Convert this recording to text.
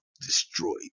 destroyed